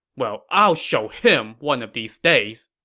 well, i'll show him one of these days!